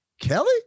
kelly